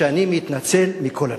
שאני מתנצל מכל הלב,